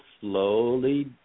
slowly